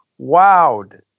wowed